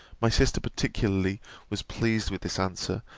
my sister particularly was pleased with this answer,